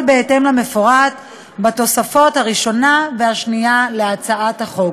בהתאם למפורט בתוספות הראשונה והשנייה להצעת החוק.